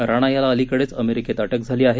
राणा याला अलीकडेच अमेरिकेत अटक झाली आहे